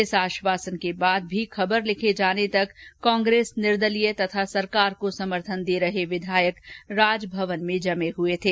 इस आश्वासन के बाद भी खबर लिखे जाने तक कांग्रेस निर्दलीय तथा सरकार को समर्थन दे रहे विधायक राजभवन में जमे थे